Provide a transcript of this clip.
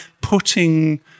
putting